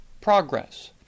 progress